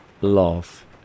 love